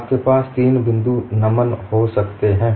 आपके पास तीन बिंदु नमन हो सकते हैं